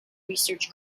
research